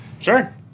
Sure